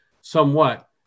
somewhat